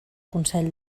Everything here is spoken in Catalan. consell